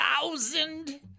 thousand